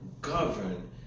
govern